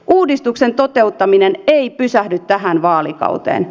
uudistuksen toteuttaminen ei pysähdy tähän vaalikauteen